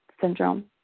syndrome